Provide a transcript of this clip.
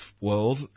world